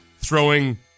throwing